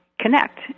connect